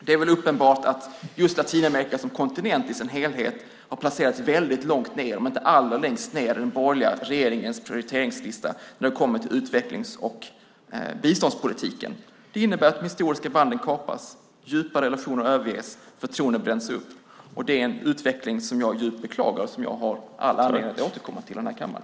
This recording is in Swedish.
Det är uppenbart att just Latinamerika som kontinent i sin helhet har placerats väldigt långt ned, om inte allra längst ned, på den borgliga regeringens prioriteringslista när det gäller utvecklings och biståndspolitiken. Det innebär att de historiska banden kapas, djupa relationer överges och förtroenden bränns upp. Det är en utveckling som jag djupt beklagar och som jag har all anledning att återkomma till här i kammaren.